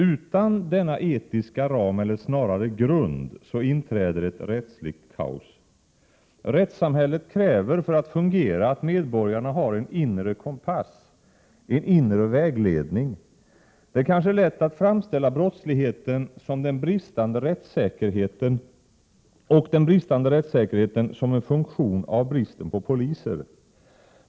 Utan denna etiska ram eller snarare grund inträder ett rättsligt kaos. Rättssamhället kräver för att fungera att medborgarna har en inre kompass, en inre vägledning. Det är kanske lätt att framställa brottsligheten och den bristande rättssäkerheten som en funktion av bristen på poliser.